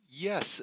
Yes